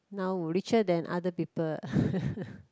now richer than other people